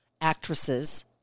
actresses